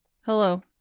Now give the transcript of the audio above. Hello